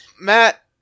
matt